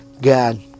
God